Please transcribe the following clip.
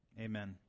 Amen